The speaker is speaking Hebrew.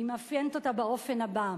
אני מאפיינת אותם באופן הבא: